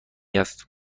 است